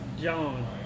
John